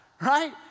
Right